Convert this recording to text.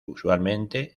usualmente